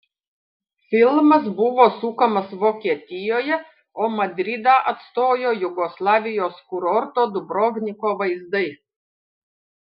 filmas buvo sukamas vokietijoje o madridą atstojo jugoslavijos kurorto dubrovniko vaizdai